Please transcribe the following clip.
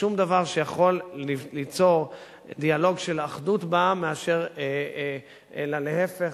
ושום דבר שיכול ליצור דיאלוג של אחדות בעם אלא להיפך,